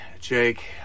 Jake